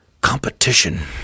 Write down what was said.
Competition